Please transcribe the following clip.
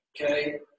okay